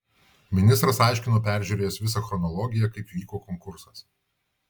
ministras aiškino peržiūrėjęs visą chronologiją kaip vyko konkursas